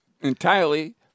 entirely